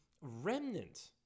remnant